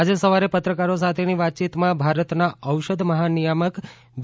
આજે સવારે પત્રકારો સાથેની વાતચીતમાં ભારતના ઔષધ મહાનિયામક વી